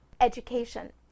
education